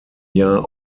jahr